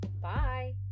Bye